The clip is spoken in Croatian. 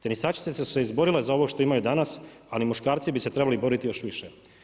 Tenisačice su se izborile za ono što imaju danas, ali muškarci bi se trebali boriti još više“